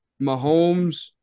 Mahomes